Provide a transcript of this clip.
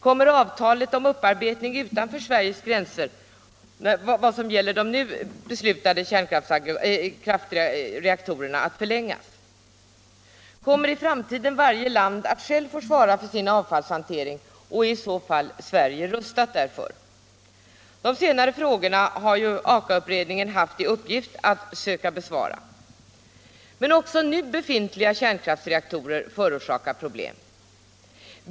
Kommer avtalet om upparbetning utanför Sveriges gränser, vad gäller nu beslutade kärnkraftsreaktorer, att förlängas? Kommer i framtiden varje land att självt få svara för sin avfallshantering, och är i så fall Sverige rustat därför? — De senare frågorna har AKA-utredningen haft i uppgift att söka besvara. Men också nu befintliga kärnkraftsreaktorer förorsakar problem.